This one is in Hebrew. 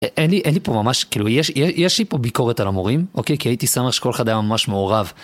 אין לי אין לי פה ממש כאילו יש יש לי פה ביקורת על המורים אוקיי כי הייתי שמח שכל אחד היה ממש מעורב.